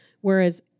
whereas